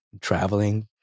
traveling